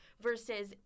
versus